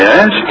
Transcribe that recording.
Yes